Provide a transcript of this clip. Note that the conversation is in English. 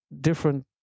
different